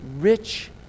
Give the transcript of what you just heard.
rich